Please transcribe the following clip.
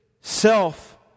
self